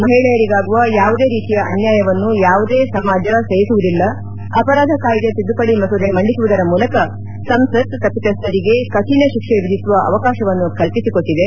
ಮಹಿಳೆಯರಿಗಾಗುವ ಯಾವುದೇ ರೀತಿಯ ಅನ್ಯಾಯವನ್ನು ಯಾವುದೇ ಸಮಾಜ ಸಹಿಸುವುದಿಲ್ಲ ಅಪರಾಧ ಕಾಯ್ದೆ ತಿದ್ದುಪಡಿ ಮಸೂದೆ ಮಂಡಿಸುವುದರ ಮೂಲಕ ಸಂಸತ್ ತಪ್ಪಿತಸ್ಥರಿಗೆ ಕಠಿಣ ಶಿಕ್ಷೆ ವಿಧಿಸುವ ಅವಕಾಶವನ್ನು ಕಲ್ಲಿಸಿಕೊಟ್ಟಿದೆ